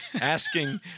asking